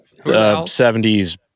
70s